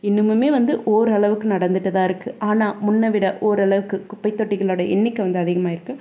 இன்னுமுமே வந்து ஓரளவுக்கு நடந்துட்டு தான் இருக்குது ஆனால் முன்பை விட ஓரளவுக்கு குப்பைத் தொட்டிகளோடய எண்ணிக்கை வந்து அதிகமாயிருக்குது